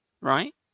Right